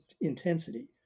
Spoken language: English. intensity